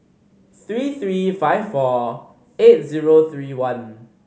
three three five four eight zero three one